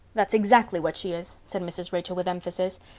that's exactly what she is, said mrs. rachel with emphasis,